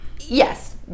Yes